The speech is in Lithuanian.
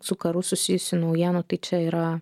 su karu susijusių naujienų tai čia yra